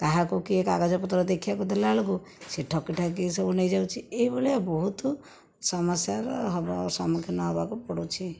କାହାକୁ କିଏ କାଗଜପତ୍ର ଦେଖାଇବାକୁ ଦେଲା ବେଳକୁ ସେ ଠକିଠାକିକି ସବୁ ନେଇଯାଉଛି ଏହି ଭଳିଆ ବହୁତ ସମସ୍ୟାର ହେବ ସମ୍ମୁଖୀନ ହେବାକୁ ପଡ଼ୁଛି